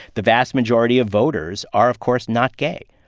the vast majority of voters are, of course, not gay.